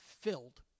filled